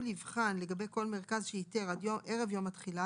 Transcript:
יבחן לגבי כל מרכז שאיתר עד ערב יום התחילה,